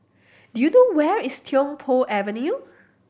do you know where is Tiong Poh Avenue